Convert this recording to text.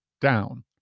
down